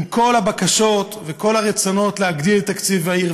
עם כל הבקשות וכל הרצונות, להגדיל את תקציב העיר.